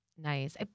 Nice